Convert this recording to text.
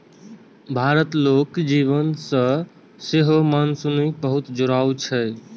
भारतक लोक जीवन सं सेहो मानसूनक बहुत जुड़ाव छै